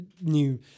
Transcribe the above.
new